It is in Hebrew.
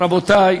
רבותי,